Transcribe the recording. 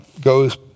goes